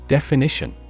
Definition